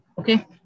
Okay